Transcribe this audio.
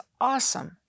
awesome